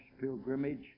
pilgrimage